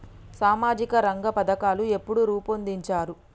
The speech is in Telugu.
సామాజిక రంగ పథకాలు ఎప్పుడు రూపొందించారు?